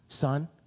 Son